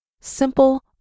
Simple